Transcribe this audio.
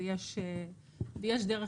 יש דרך לזה.